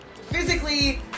physically